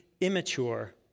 immature